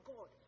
God